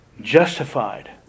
justified